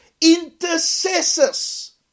Intercessors